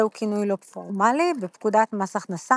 זהו כינוי לא פורמלי - בפקודת מס הכנסה